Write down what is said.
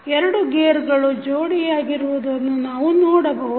ಎರಡು ಗೇರ್ಗಳು ಜೋಡಿಯಾಗಿರುವುದನ್ನು ನಾವು ನೋಡಬಹುದು